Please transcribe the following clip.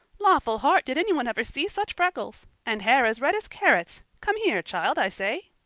lawful heart, did any one ever see such freckles? and hair as red as carrots! come here, child, i say.